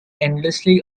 endlessly